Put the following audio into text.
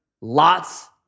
lots